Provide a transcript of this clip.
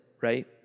right